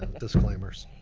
and disclaimers.